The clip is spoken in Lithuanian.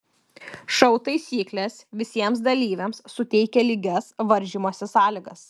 šou taisyklės visiems dalyviams suteikia lygias varžymosi sąlygas